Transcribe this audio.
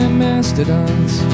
mastodons